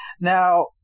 Now